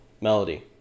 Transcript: Melody